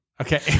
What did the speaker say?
Okay